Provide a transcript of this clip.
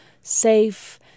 safe